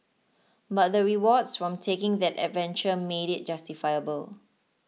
but the rewards from taking that adventure made it justifiable